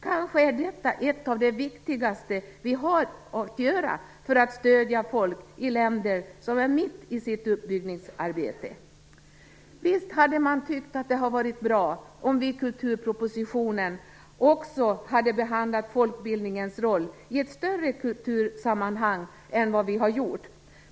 Kanske är detta bland det viktigaste vi kan satsa på för att stödja folk i länder som är mitt i sitt uppbyggningsarbete. Visst hade det varit bra om vi i kulturpropositionen också hade behandlat folkbildningens roll i ett större kultursammanhang än vad vi har gjort.